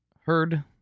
heard